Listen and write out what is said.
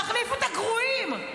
תחליפו את הגרועים.